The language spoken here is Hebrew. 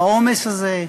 בעומס הזה.